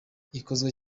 ikozwe